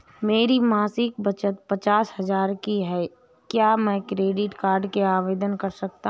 मेरी मासिक बचत पचास हजार की है क्या मैं क्रेडिट कार्ड के लिए आवेदन कर सकता हूँ?